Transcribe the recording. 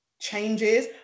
changes